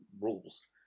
rules